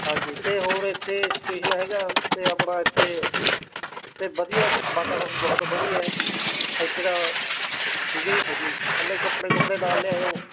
ਹਾਂਜੀ ਅਤੇ ਹੋਰ ਇੱਥੇ ਸਟੇਸ਼ਨ ਹੈਗਾ ਅਤੇ ਆਪਣਾ ਇੱਥੇ ਅਤੇ ਵਧੀਆ ਵਾਤਾਵਰਨ ਬਹੁਤ ਵਧੀਆ ਇੱਥੇ ਦਾ ਠੀਕ ਆ ਜੀ ਹਾਂਜੀ ਆਪਣੇ ਕੱਪੜੇ ਕੁੱਪੜੇ ਨਾਲ ਲਿਆਇਓ